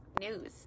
News